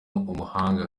umuhanga